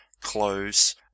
close